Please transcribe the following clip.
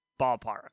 ballpark